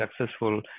successful